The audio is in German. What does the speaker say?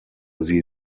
sie